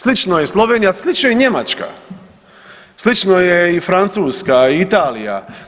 Slično je i Slovenija, slično je i Njemačka, slično je i Francuska, Italija.